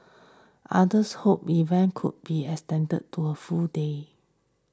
others hoped event could be extended to a full day